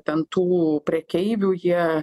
ten tų prekeivių jie